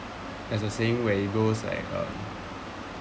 there's a saying where it goes like uh